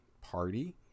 Party